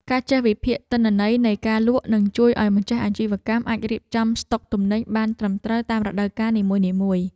ការចេះវិភាគទិន្នន័យនៃការលក់នឹងជួយឱ្យម្ចាស់អាជីវកម្មអាចរៀបចំស្តុកទំនិញបានត្រឹមត្រូវតាមរដូវកាលនីមួយៗ។